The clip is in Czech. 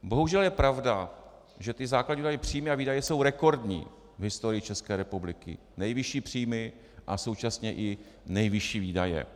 Bohužel je pravda, že ty základní příjmy a výdaje jsou rekordní v historii České republiky, nejvyšší příjmy a současně i nejvyšší výdaje.